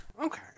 Okay